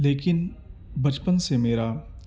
لیکن بچپن سے میرا